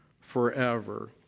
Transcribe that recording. forever